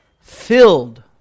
Filled